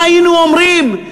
מה היינו אומרים?